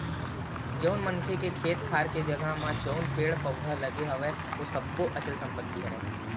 जउन मनखे के खेत खार के जघा म जउन पेड़ पउधा लगे हवय ओ सब्बो अचल संपत्ति हरय